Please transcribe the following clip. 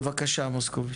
בבקשה מוסקוביץ.